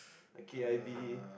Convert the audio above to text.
like k_i_v